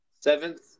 Seventh